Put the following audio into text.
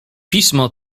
pismo